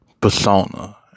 persona